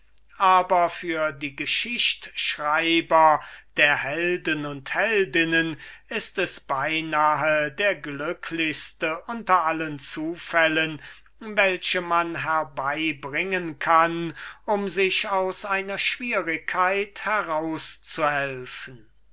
aber für die geschichtschreiber der helden und heldinnen ist es beinahe der glücklichste unter allen zufällen welche man herbeibringen kann um sich aus einer schwierigkeit herauszuhelfen